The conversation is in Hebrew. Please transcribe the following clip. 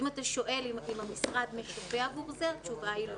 אם אתה שואל אם המשרד משפה עבור זה התשובה היא לא.